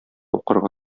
укырга